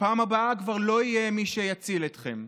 בפעם הבאה כבר לא יהיה מי שיציל אתכם.